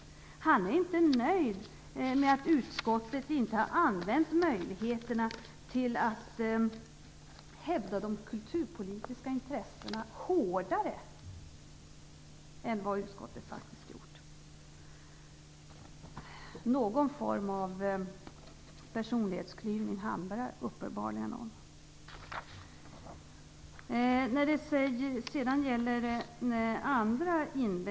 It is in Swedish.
Han är inte nöjd med att utskottet inte har använt möjligheterna att hävda de kulturpolitiska intressena hårdare än vad man faktiskt har gjort. Det handlar uppenbarligen om någon form av personlighetsklyvning.